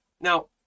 Now